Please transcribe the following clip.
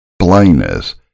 blindness